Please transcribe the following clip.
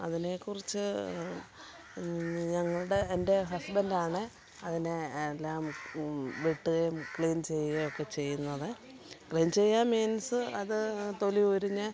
അതിനേക്കുറിച്ച് ഞങ്ങളുടെ എൻ്റെ ഹസ്ബൻഡാണ് അതിനെ എല്ലാം വെട്ടുകയും ക്ലീൻ ചെയ്യുകയും ഒക്കെ ചെയ്യുന്നത് ക്ലീൻ ചെയ്യുക മീൻസ് അത് തൊലി ഉരിഞ്ഞ്